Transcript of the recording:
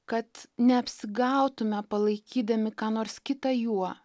kad neapsigautume palaikydami ką nors kitą juo